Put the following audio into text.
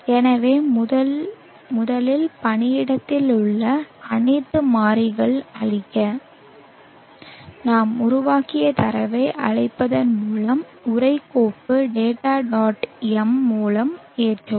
எனவே முதலில் பணியிடத்தில் உள்ள அனைத்து மாறிகள் அழிக்க நாம் உருவாக்கிய தரவை அழைப்பதன் மூலம் உரை கோப்பு data dot m மூலம் ஏற்றவும்